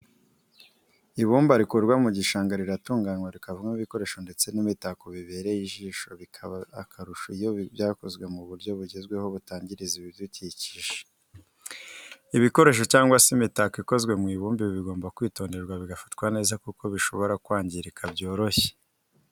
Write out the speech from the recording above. Ibumba rikurwa mu gishanga riratunganywa rikavamo ibikoresho ndetse n'imitako myiza ibereye ijisho bikaba akarusho iyo byakozwe mu buryo bugezweho butangiza ibidukikije. ibikoresho cyangwa se imitako bikozwe mu ibumba bigomba kwitonderwa bigafatwa neza kuko bishobora kwangirika byoroshye.